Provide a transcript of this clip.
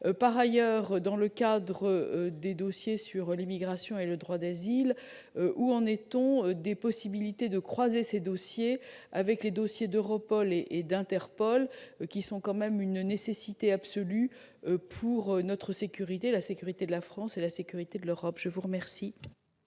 Par ailleurs, dans le cadre des dossiers sur l'immigration et le droit d'asile, où en est-on des possibilités de croiser ces dossiers avec les dossiers d'Europol et d'Interpol, qui sont une nécessité absolue pour la sécurité de la France et la sécurité de l'Europe ? La parole